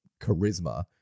charisma